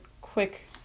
quick